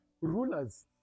Rulers